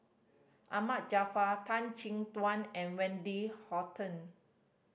Ahmad Jaafar Tan Chin Tuan and Wendy Hutton